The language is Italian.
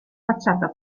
facciata